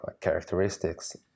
characteristics